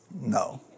No